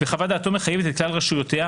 וחוות-דעתו מחייבת את כלל רשויותיה,